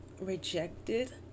rejected